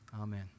Amen